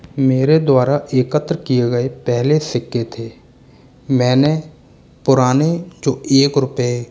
मेरे द्वारा एकत्र किए गए पहले सिक्के थे मैंने पुराने जो एक रुपये